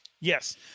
Yes